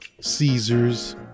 Caesars